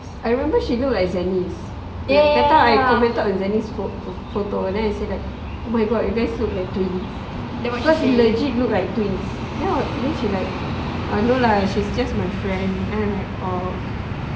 I remember she look like zennis that time I talk with zennis then I say like oh my god you guys look like twins because they legit look like twins then she like ah no lah she's just my friend